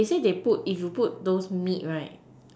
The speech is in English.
they say they put if you put those meat right